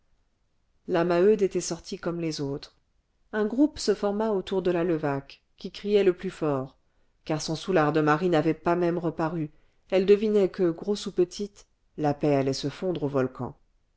la maheude était sortie comme les autres un groupe se forma autour de la levaque qui criait le plus fort car son soûlard de mari n'avait pas même reparu elle devinait que grosse ou petite la paie allait se fondre au volcan